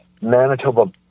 Manitoba